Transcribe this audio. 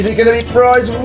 yeah gonna be prize